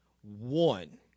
one